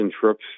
trips